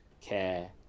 care